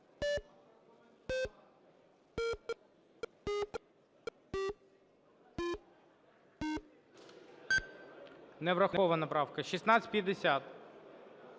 Не врахована правка. 1650.